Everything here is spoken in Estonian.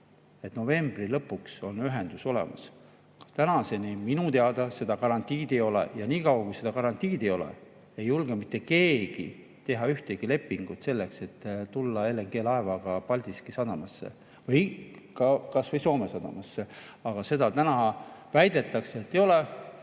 et novembri lõpuks on ühendus olemas. Tänaseni minu teada seda garantiid ei ole ja niikaua, kui seda garantiid ei ole, ei julge mitte keegi teha ühtegi lepingut selleks, et tulla LNG-laevaga Paldiski sadamasse või kas või Soome sadamasse. Aga seda täna väidetavalt ei ole.